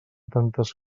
tantes